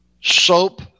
soap